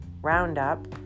Roundup